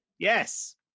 Yes